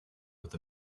with